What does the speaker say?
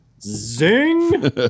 Zing